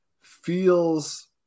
feels